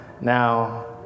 Now